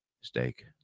steak